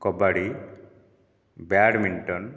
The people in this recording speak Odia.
କବାଡ଼ି ବ୍ୟାଡ଼ମିଣ୍ଟନ